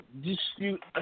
dispute